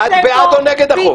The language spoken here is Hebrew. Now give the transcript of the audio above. את בעד או נגד החוק?